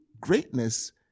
greatness